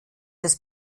das